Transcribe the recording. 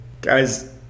Guys